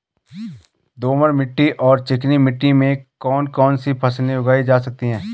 दोमट मिट्टी और चिकनी मिट्टी में कौन कौन सी फसलें उगाई जा सकती हैं?